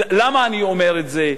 למה אני אומר את זה?